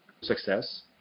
success